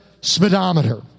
speedometer